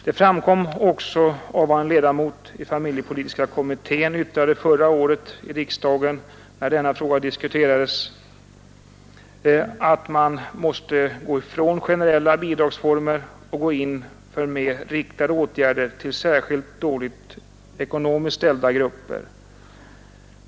Det framkom också av vad en ledamot i familjepolitiska kommittén yttrade förra året i riksdagen när denna fråga diskuterades, nämligen att man måste frångå generella bidragsformer och gå in för mer riktade åtgärder till ekonomiskt särskilt dåligt ställda grupper.